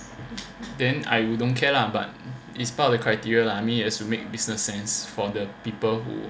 then I don't care lah but is part of the criteria like I mean to make business sense for the people who